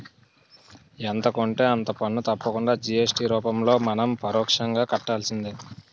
ఎంత కొంటే అంత పన్ను తప్పకుండా జి.ఎస్.టి రూపంలో మనం పరోక్షంగా కట్టాల్సిందే